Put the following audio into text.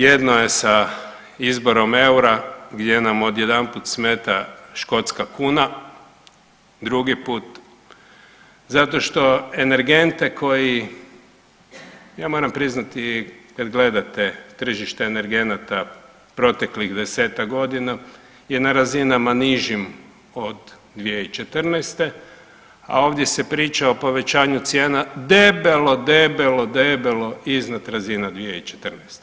Jedno je sa izborom eura, gdje nam odjedanput smeta škotska kuna, drugi put zato što energente koji ja moram priznati kad gledate tržište energenata proteklih desetak godina je na razinama nižim od 2014. a ovdje se priča o povećanju cijena debelo, debelo, debelo iznad razina 2014.